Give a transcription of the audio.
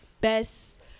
best